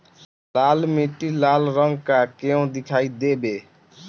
लाल मीट्टी लाल रंग का क्यो दीखाई देबे?